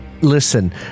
Listen